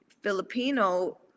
Filipino